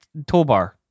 toolbar